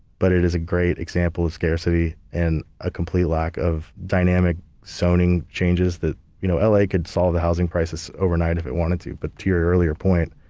but it is a great example of scarcity, and a complete lack of dynamic zoning changes. la you know like could solve the housing crisis overnight if it wanted to. but to your earlier point,